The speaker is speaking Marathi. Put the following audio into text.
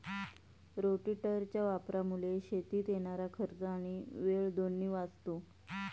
रोटेटरच्या वापरामुळे शेतीत येणारा खर्च आणि वेळ दोन्ही वाचतो